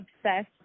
obsessed